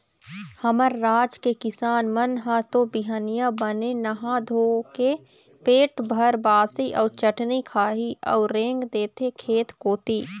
हमर राज के किसान मन ह तो बिहनिया बने नहा धोके पेट भर बासी अउ चटनी खाही अउ रेंग देथे खेत कोती